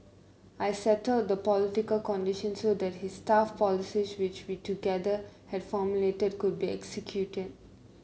I settled the political conditions so that his tough policies which we together had formulated could be executed